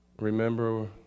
remember